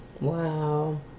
Wow